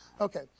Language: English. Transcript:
Okay